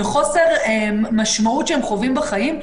בחוסר משמעות שהם חווים בחיים,